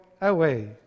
away